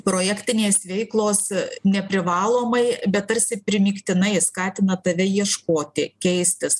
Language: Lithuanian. projektinės veiklos neprivalomai bet tarsi primygtinai skatina tave ieškoti keistis